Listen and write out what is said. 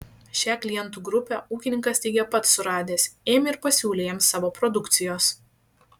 šią klientų grupę ūkininkas teigia pats suradęs ėmė ir pasiūlė jiems savo produkcijos